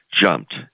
jumped